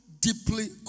deeply